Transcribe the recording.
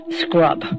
scrub